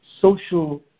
social